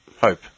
Hope